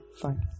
fine